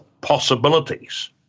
possibilities